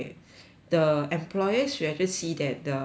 the employers should actually see that the